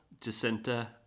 Jacinta